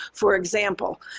for example,